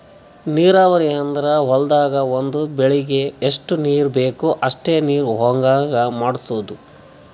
ನೀರಾವರಿ ಅಂದ್ರ ಹೊಲ್ದಾಗ್ ಒಂದ್ ಬೆಳಿಗ್ ಎಷ್ಟ್ ನೀರ್ ಬೇಕ್ ಅಷ್ಟೇ ನೀರ ಹೊಗಾಂಗ್ ಮಾಡ್ಸೋದು